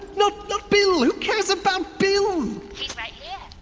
no, not bill! who cares about bill? he's right here.